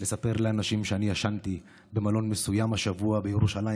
לספר לאנשים שאני ישנתי במלון מסוים השבוע בירושלים,